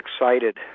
excited